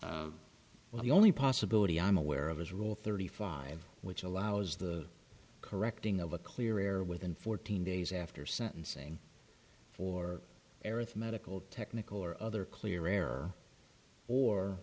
well the only possibility i'm aware of is rule thirty five which allows the correcting of a clear air within fourteen days after sentencing or arithmetical technical or other clear